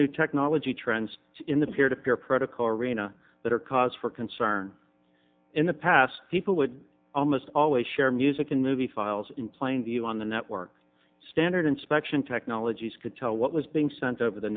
new technology trends in the peer to peer protocol rayna that are cause for concern in the past people would almost always share music and movie files in plain view on the network standard inspection technologies could tell what was being sent over the